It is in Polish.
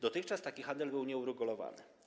Dotychczas taki handel był nieuregulowany.